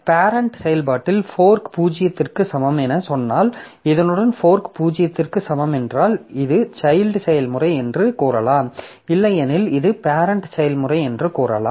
parent செயல்பாட்டில் fork 0 க்கு சமம் என சொன்னால் இதனுடன் ஃபோர்க் 0 க்கு சமம் என்றால் இது சைல்ட் செயல்முறை என்று கூறலாம் இல்லையெனில் இது பேரெண்ட் செயல்முறை என்று கூறலாம்